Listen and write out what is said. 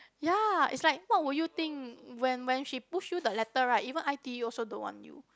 ya is like what would you think when when she push you the letter right even I_T_E also don't want you